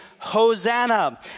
Hosanna